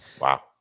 Wow